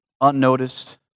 Unnoticed